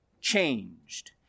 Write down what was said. changed